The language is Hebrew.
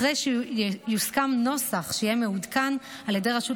אחרי שיוסכם נוסח שיהיה מעודכן על ידי רשות